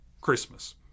Christmas